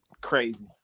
Crazy